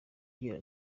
agira